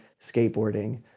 skateboarding